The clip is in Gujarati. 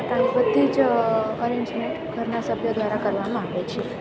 પોતાની બધી જ અરેન્જમેન્ટ ઘરના સભ્યો દ્વારા કરવામાં આવે છે